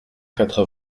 quatre